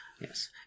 Yes